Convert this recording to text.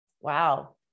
Wow